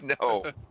No